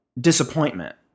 disappointment